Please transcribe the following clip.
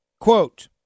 Quote